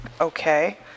Okay